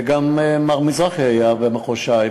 וגם מר מזרחי היה במחוז ש"י,